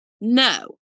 No